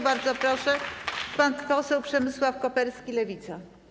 Bardzo proszę, pan poseł Przemysław Koperski, Lewica.